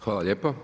Hvala lijepo.